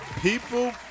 People